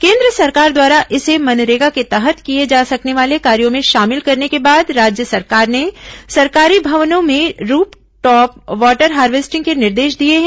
केंद्र सरकार द्वारा इसे मनरेगा के तहत किए जा सकने वाले कार्यो में शामिल करने के बाद राज्य सरकार ने सरकारी भवनों में रूप टॉप वाटर हार्वेस्टिंग के निर्देश दिए हैं